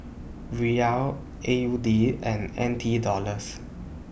Riyal A U D and N T Dollars